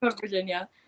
Virginia